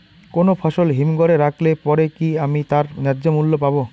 কোনো ফসল হিমঘর এ রাখলে পরে কি আমি তার ন্যায্য মূল্য পাব?